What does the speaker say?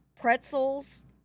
pretzels